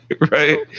Right